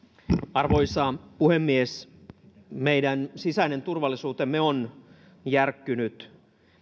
arvoisa puhemies meidän sisäinen turvallisuutemme on järkkynyt